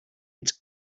its